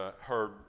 heard